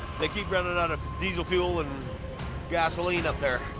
they keep running out of diesel fuel and gasoline up there.